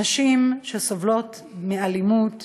נשים שסובלות מאלימות